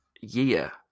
year